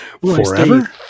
forever